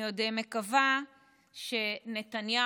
אני עוד מקווה שנתניהו,